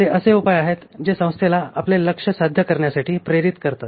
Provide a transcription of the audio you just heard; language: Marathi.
ते असे उपाय आहेत जे संस्थेला आपले लक्ष्य साध्य करण्यासाठी प्रेरित करतात